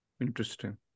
Interesting